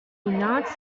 nods